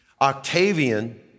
Octavian